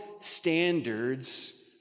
standards